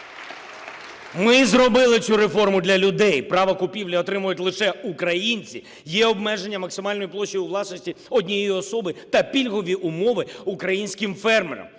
Ми зробили цю реформу для людей. Право купівлі отримають лише українці, є обмеження максимальної площі у власності однієї особи та пільгові умови українським фермерам.